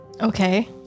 Okay